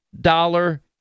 dollar